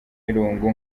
irungu